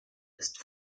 ist